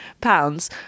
pounds